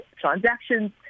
transactions